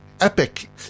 epic